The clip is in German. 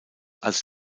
als